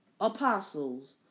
apostles